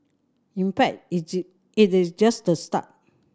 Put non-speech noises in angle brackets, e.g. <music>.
in fact <unintelligible> it is just the start